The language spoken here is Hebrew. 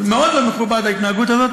מאוד לא מכובדת ההתנהגות הזאת,